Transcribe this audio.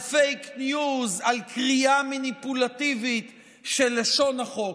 על פייק ניוז, על קריאה מניפולטיבית של לשון החוק.